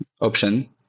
option